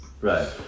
Right